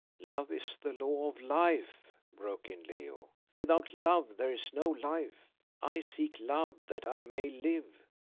love is the law of life, broke in leo without love there is no life. i seek love that i may live.